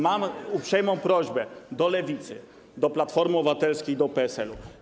Mam uprzejmą prośbę do Lewicy, do Platformy Obywatelskiej, do PSL-u.